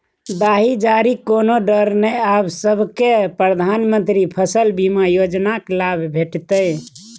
दाही जारीक कोनो डर नै आब सभकै प्रधानमंत्री फसल बीमा योजनाक लाभ भेटितै